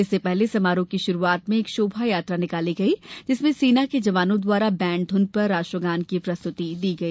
इससे पहले समारोह की शुरूआत में एक शोभायात्रा निकाली गई जिसमें सेना के जवानो द्वारा बैण्डध्न पर राष्ट्रगान की प्रस्तुति दी गई